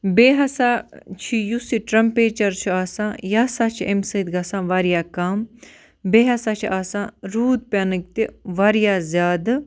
بیٚیہِ ہَسا چھِ یُس یہِ ٹرٛٮ۪مپیچَر چھُ آسان یہِ ہَسا چھُ اَمہِ سۭتۍ گَژھان واریاہ کم بیٚیہِ ہَسا چھِ آسان روٗد پٮ۪نٕکۍ تہِ واریاہ زیادٕ